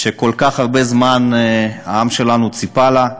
שכל כך הרבה זמן העם שלנו ציפה לה.